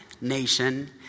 nation